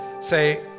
say